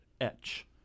Etch